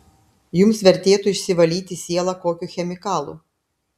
jums vertėtų išsivalyti sielą kokiu chemikalu